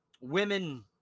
Women